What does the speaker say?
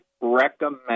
recommend